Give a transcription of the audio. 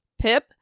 Pip